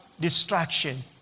distraction